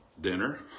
dinner